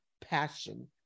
passion